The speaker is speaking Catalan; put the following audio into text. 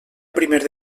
primer